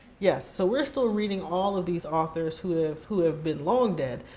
yes, so we're still reading all of these authors who have who have been long dead.